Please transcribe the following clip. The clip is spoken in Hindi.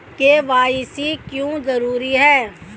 के.वाई.सी क्यों जरूरी है?